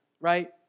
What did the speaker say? right